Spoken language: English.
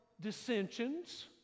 dissensions